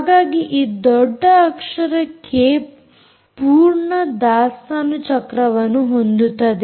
ಹಾಗಾಗಿ ಈ ದೊಡ್ಡ ಅಕ್ಷರ ಕೆ ಪೂರ್ಣ ದಾಸ್ತಾನು ಚಕ್ರವನ್ನು ಹೊಂದುತ್ತದೆ